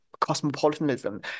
cosmopolitanism